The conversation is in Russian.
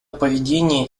поведение